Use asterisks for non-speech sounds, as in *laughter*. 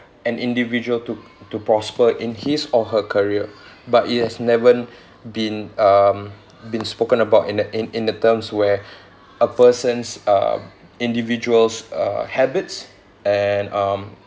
an individual to to prosper in his or her career but it has never been uh been spoken about in the in in the terms where *breath* a person's uh individuals uh habits and um